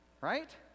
right